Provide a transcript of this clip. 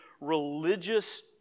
religious